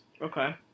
Okay